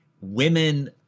women